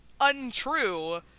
untrue